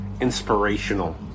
inspirational